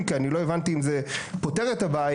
כי אני לא הבנתי אם זה פותר את הבעיה,